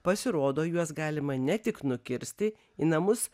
pasirodo juos galima ne tik nukirsti į namus